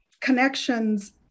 connections